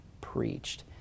preached